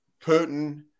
Putin